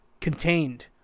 contained